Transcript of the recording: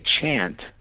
chant